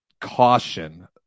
caution